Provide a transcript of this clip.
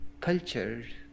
cultured